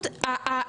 לחקיקה.